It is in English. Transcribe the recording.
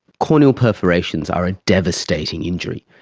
corneal perforations are a devastating injury.